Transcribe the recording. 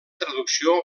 traducció